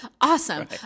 Awesome